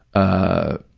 a